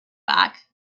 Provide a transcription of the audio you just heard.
back